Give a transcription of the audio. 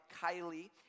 Kylie